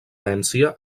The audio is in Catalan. herència